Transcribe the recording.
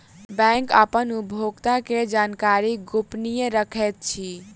bank अपन उपभोगता के जानकारी गोपनीय रखैत अछि